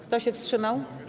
Kto się wstrzymał?